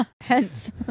hence